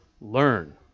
learn